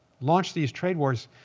launch these trade wars,